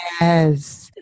Yes